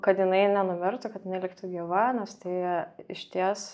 kad jinai nenumirtų kad jinai liktų gyva nes tai išties